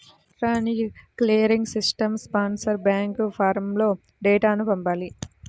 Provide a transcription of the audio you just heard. electronic clearing సిస్టమ్కి sponsor bank ఫారమ్లో డేటాను పంపాలి